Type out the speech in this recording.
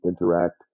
interact